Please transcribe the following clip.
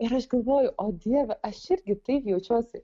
ir aš galvoju o dieve aš irgi taip jaučiuosi